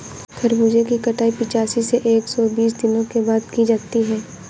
खरबूजे की कटाई पिचासी से एक सो बीस दिनों के बाद की जाती है